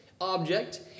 object